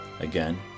Again